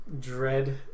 dread